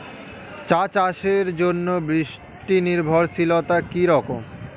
চা চাষের জন্য বৃষ্টি নির্ভরশীলতা কী রকম?